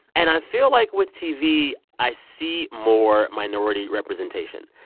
and i feel like with tv i see more minority representation.